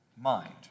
mind